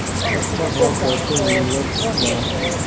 अच्छा भाव कैसे मिलत बा?